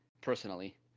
personally